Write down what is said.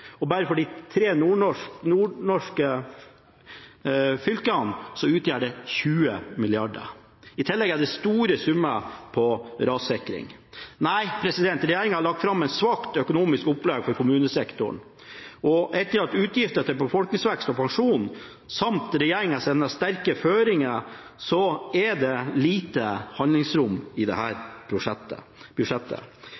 Og bare for de tre nordnorske fylkene utgjør det 20 mrd. kr. I tillegg kommer store summer til rassikring. Nei, regjeringen har lagt fram et svakt økonomisk opplegg for kommunesektoren. Etter utgifter til befolkningsvekst og pensjon samt regjeringens sterke føringer, er det lite handlingsrom i denne kommuneproposisjonen. Lederen i KS understreket tydelig at kommunene ikke styrkes, det